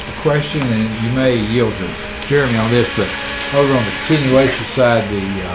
question and you may yield to jeremy all this but over on the continuation side, the